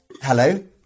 Hello